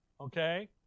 Okay